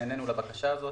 נענינו לבקשה הזאת.